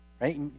right